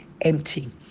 empty